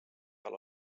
all